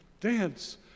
dance